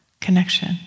connection